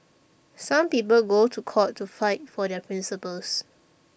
some people go to court to fight for their principles